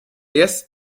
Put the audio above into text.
erste